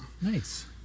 Nice